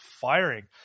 firing